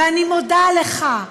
ואני מודה לך,